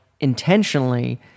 intentionally